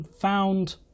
found